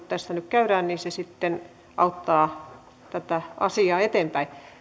tässä nyt käydään ja se sitten auttaa tätä asiaa eteenpäin